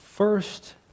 First